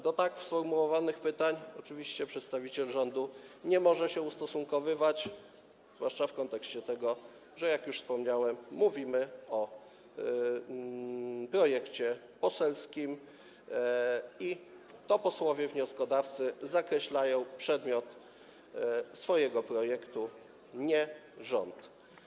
Do tak sformułowanych pytań przedstawiciel rządu nie może się ustosunkowywać, zwłaszcza w kontekście tego, o czym już wspomniałem, że mówimy o poselskim projekcie i to posłowie wnioskodawcy zakreślają przedmiot swojego projektu, a nie rząd.